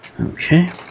Okay